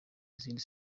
izindi